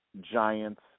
Giants